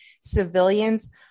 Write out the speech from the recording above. civilians